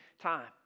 time